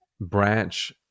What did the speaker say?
branch